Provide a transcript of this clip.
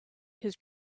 his